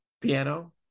piano